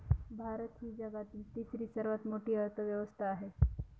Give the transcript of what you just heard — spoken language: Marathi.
भारत ही जगातील तिसरी सर्वात मोठी अर्थव्यवस्था आहे